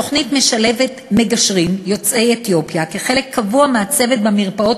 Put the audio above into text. התוכנית משלבת מגשרים יוצאי אתיופיה כחלק קבוע מהצוות במרפאות